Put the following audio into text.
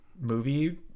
movie